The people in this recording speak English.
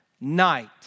night